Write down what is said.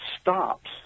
stops